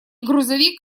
грузовик